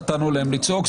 נתנו להם לצעוק,